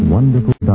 Wonderful